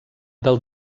del